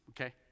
okay